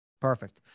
Perfect